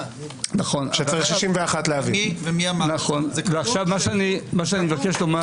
כשצריך להביא 61. מה שאני מבקש לומר